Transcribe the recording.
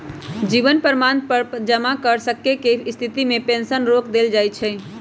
जीवन प्रमाण पत्र जमा न कर सक्केँ के स्थिति में पेंशन रोक देल जाइ छइ